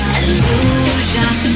illusion